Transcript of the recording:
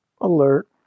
alert